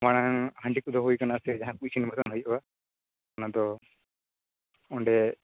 ᱢᱟᱲᱟᱝ ᱦᱟᱺᱰᱤ ᱠᱚ ᱫᱚᱦᱚ ᱦᱩᱭᱟᱠᱟᱱᱟ ᱥᱮ ᱡᱟᱦᱟᱸᱠᱚ ᱤᱥᱤᱱ ᱵᱟᱲᱟ ᱦᱩᱭᱩᱜ ᱟ ᱚᱱᱟᱫᱚ ᱚᱸᱰᱮ